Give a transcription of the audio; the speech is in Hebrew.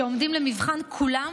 שעומדים למבחן כולם